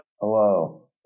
Hello